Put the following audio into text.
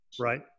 Right